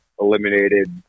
eliminated